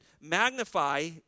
magnify